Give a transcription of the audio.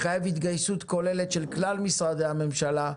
מחייב התגייסות כוללת של כלל משרדי הממשלה,